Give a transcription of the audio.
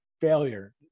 failure